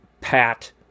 pat